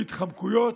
בהתחמקויות,